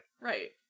Right